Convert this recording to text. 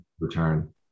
return